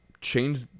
change